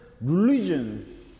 religions